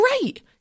Great